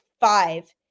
five